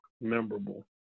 memorable